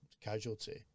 casualty